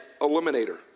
eliminator